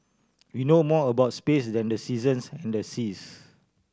we know more about space than the seasons and the seas